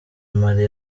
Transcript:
mali